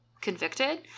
Convicted